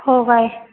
हो बाय